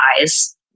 eyes